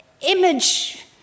image